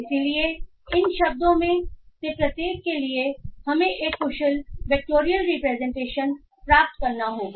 इसलिए इन शब्दों में से प्रत्येक के लिए हमें एक कुशल वेक्टोरियल रिप्रेजेंटेशन प्राप्त करना होगा